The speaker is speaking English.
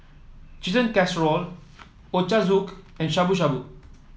Chicken Casserole Ochazuke and Shabu Shabu